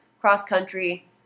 cross-country